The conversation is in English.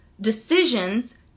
decisions